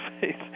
faith